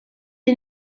est